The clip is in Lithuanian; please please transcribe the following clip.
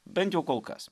bent jau kol kas